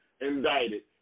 indicted